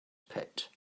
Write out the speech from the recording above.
pett